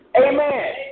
Amen